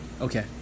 Okay